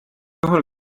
juhul